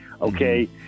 okay